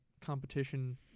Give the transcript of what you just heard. competition